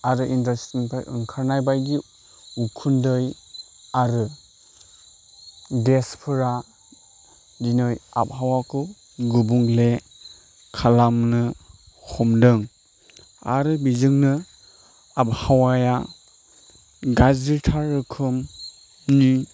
आरो इन्डास्ट्रिनिफ्राय ओंखारनाय बायदि उखुन्दै आरो गेसफोरा दिनै आबहावाखौ गुबुंले खालामनो हमदों आरो बेजोंनो आबहावाया गाज्रिथार रोखोमनि